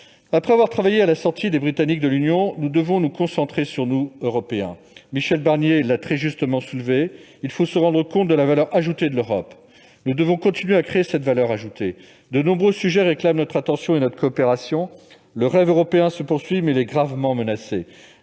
Après avoir travaillé à la sortie des Britanniques de l'Union européenne, nous devons nous concentrer sur nous, Européens. Michel Barnier l'a très justement souligné, il faut se rendre compte de la valeur ajoutée de l'Europe. Nous devons continuer à créer cette valeur ajoutée : de nombreux sujets réclament notre attention et notre coopération. Le rêve européen se poursuit, mais il est gravement menacé.